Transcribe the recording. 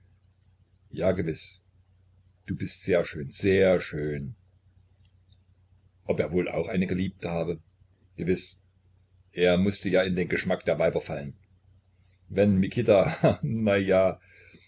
ja gewiß du bist sehr schön sehr schön ob er wohl auch eine geliebte habe gewiß er mußte ja in den geschmack der weiber fallen wenn mikita na ja